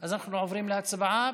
אז אנחנו עוברים להצבעה.